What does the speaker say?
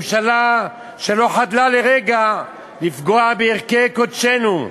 ממשלה שלא חדלה לרגע לפגוע בערכי קודשינו,